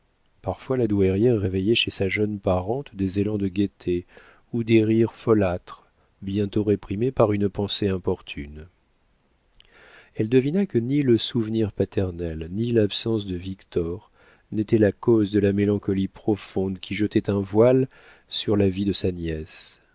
parfois la douairière réveillait chez sa jeune parente des élans de gaieté ou des rires folâtres bientôt réprimés par une pensée importune elle devina que ni le souvenir paternel ni l'absence de victor n'étaient la cause de la mélancolie profonde qui jetait un voile sur la vie de sa nièce